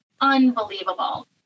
unbelievable